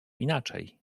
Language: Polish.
inaczej